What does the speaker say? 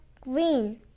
green